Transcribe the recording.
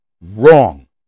Wrong